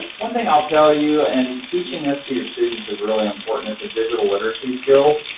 one thing i'll tell you, and teaching this to your students is really important as a digital literacy skill,